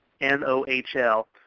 N-O-H-L